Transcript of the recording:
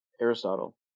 Aristotle